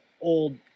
old